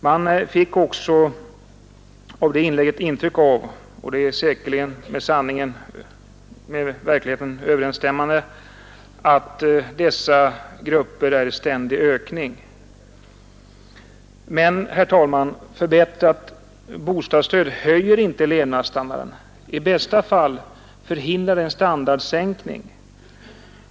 Man fick av det inlägget också ett intryck av — och detta är säkerligen med verkligheten överensstämmande — att dessa grupper är i ständig ökning. Men, herr talman, förbättrat bostadsstöd höjer inte levnadsstandarden. I bästa fall förhindrar det en standardsänkning.